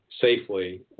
safely